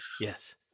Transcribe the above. yes